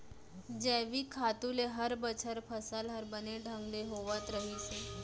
जैविक खातू ले हर बछर फसल हर बने ढंग ले होवत रहिस हे